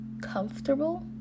comfortable